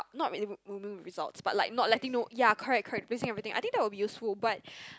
not really mo~ moving the results but like not letting no ya correct correct placing everything I think that will be useful but